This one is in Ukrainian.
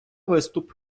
виступ